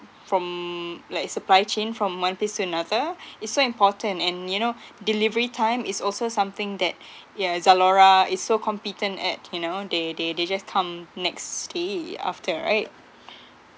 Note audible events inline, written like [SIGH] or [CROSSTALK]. from like supply chain from one place to another [BREATH] is so important and you know [BREATH] delivery time is also something that [BREATH] ya Zalora is so competent at you know they they they just come next day after right [BREATH]